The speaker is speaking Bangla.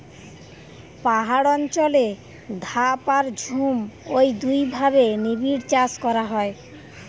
পাহাড় অঞ্চলে ধাপ আর ঝুম ঔ দুইভাবে নিবিড়চাষ করা হয়